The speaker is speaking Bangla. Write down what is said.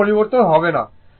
কোন পরিবর্তন হবে না